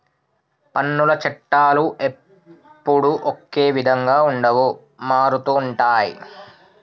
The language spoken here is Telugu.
పన్నుల చట్టాలు ఎప్పుడూ ఒకే విధంగా ఉండవు మారుతుంటాయి